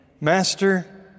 Master